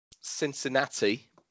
Cincinnati